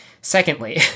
secondly